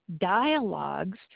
dialogues